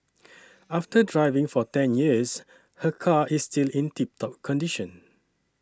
after driving for ten years her car is still in tip top condition